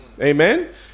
Amen